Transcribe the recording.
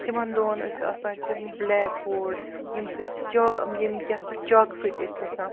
تِمَن دۄہَن ٲسۍ آسان تِم بٕلیک بوڈ ییٚمہِ سۭتۍ چا ییٚمہِ یَتھ پٮ۪ٹھ چاکہٕ سۭتۍ ٲسۍ لٮ۪کھان